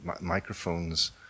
microphones